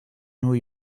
new